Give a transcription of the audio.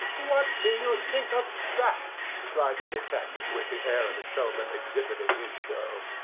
what do you think of that? cried the detective, with the air of a showman exhibiting his show.